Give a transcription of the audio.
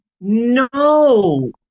No